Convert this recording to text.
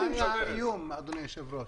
מה היה האיום, אדוני היושב-ראש?